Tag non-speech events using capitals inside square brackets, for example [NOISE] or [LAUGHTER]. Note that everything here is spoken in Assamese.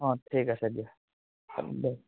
অঁ ঠিক আছে দিয়া [UNINTELLIGIBLE]